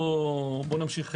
נמשיך.